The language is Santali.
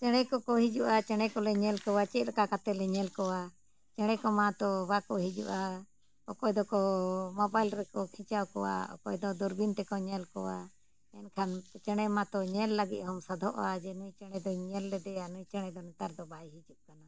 ᱪᱮᱬᱮ ᱠᱚᱠᱚ ᱦᱤᱡᱩᱜᱼᱟ ᱪᱮᱬᱮ ᱠᱚᱞᱮ ᱧᱮᱞ ᱠᱚᱣᱟ ᱪᱮᱫ ᱞᱮᱠᱟ ᱠᱟᱛᱮᱫ ᱞᱮ ᱧᱮᱞ ᱠᱚᱣᱟ ᱪᱮᱬᱮ ᱠᱚᱢᱟ ᱛᱳ ᱵᱟᱠᱚ ᱦᱤᱡᱩᱜᱼᱟ ᱚᱠᱚᱭ ᱫᱚᱠᱚ ᱨᱮᱠᱚ ᱠᱷᱤᱪᱟᱣ ᱠᱚᱣᱟ ᱚᱠᱚᱭ ᱫᱚ ᱫᱩᱨᱵᱤᱱ ᱛᱮᱠᱚ ᱧᱮᱞ ᱠᱚᱣᱟ ᱮᱱᱠᱷᱟᱱ ᱪᱮᱬᱮ ᱢᱟᱛᱚ ᱧᱮᱞ ᱞᱟᱹᱜᱤᱫ ᱦᱚᱢ ᱥᱟᱫᱷᱚᱜᱼᱟ ᱡᱮ ᱱᱩᱭ ᱪᱮᱬᱮ ᱫᱚᱧ ᱧᱮᱞ ᱞᱮᱫᱮᱭᱟ ᱱᱩᱭ ᱪᱮᱬᱮ ᱫᱚ ᱱᱮᱛᱟᱨ ᱫᱚ ᱵᱟᱭ ᱦᱤᱡᱩᱜᱼᱟ